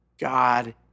God